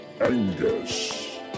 Angus